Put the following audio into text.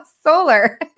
solar